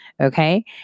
Okay